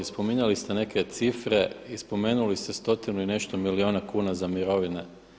Spominjali ste neke cifre i spomenuli ste stotinu i nešto miliona kuna za mirovine.